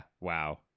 wow